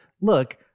look